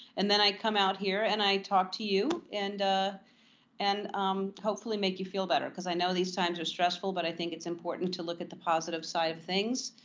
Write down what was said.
and then i come out here, and i talk to you and and um hopefully make you feel better. because i know these times are stressful, but i think it's important to look at the positive side of things.